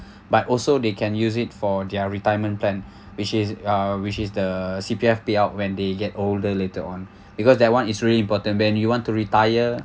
but also they can use it for their retirement plan which is uh which is the C_P_F payout when they get older later on because that [one] is really important when you want to retire